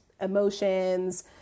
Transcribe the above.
emotions